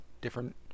different